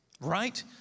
Right